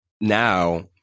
now